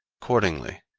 accordingly,